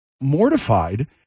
mortified